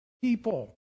people